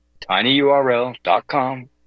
tinyurl.com